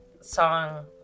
song